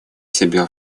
себя